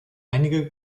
einige